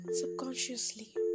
subconsciously